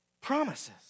promises